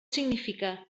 significa